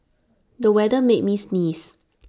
the weather made me sneeze